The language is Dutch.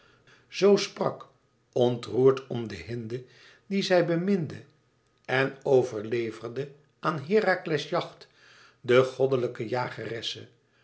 zoo sprak ontroerd om de hinde die zij beminde en overleverde aan herakles jacht de goddelijke jageresse